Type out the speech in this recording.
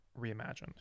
reimagined